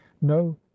no